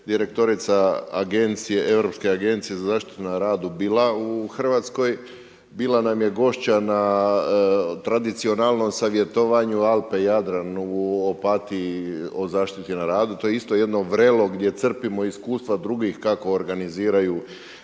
direktorica, europske agencije na zaštitu na radu bila u Hrvatskoj, bila nam je gošća na tradicionalnom savjetovanje Alpe-Jadran u Opatiji o zaštiti na radu, to je isto jedno vrelo gdje crpimo iskustva drugih kako organiziraju